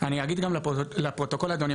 אני אגיד גם לפרוטוקול אדוני,